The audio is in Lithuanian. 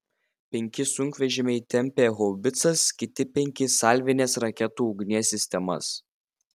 penki sunkvežimiai tempė haubicas kiti penki salvinės raketų ugnies sistemas